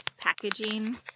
packaging